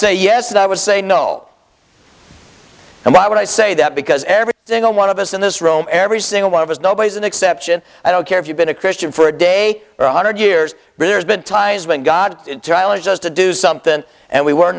say yes i would say no and why would i say that because every single one of us in this room every single one of us nobody is an exception i don't care if you've been a christian for a day or one hundred years there's been times when god tyler just to do something and we were